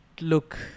look